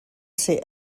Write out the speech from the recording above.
ser